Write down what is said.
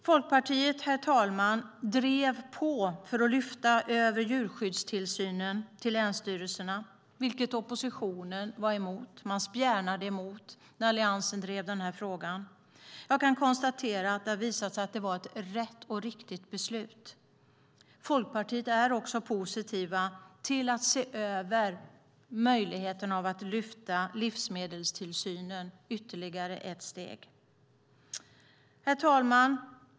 Folkpartiet drev på för att lyfta över djurskyddstillsynen till länsstyrelserna, vilket oppositionen var emot. Man spjärnade emot när Alliansen drev frågan. Jag kan konstatera att det visade sig vara ett riktigt beslut. Folkpartiet är också positivt till att se över möjligheten att lyfta upp livsmedelstillsynen ytterligare ett steg. Herr talman!